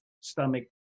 stomach